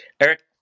Eric